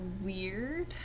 weird